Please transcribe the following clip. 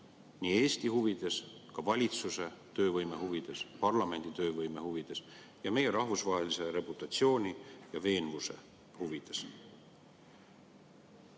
Eesti huvides, ka valitsuse töövõime huvides, parlamendi töövõime huvides ja meie rahvusvahelise reputatsiooni ja veenvuse huvides.